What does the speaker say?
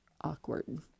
awkward